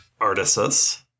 Artisus